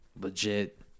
Legit